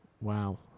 Wow